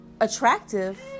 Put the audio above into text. attractive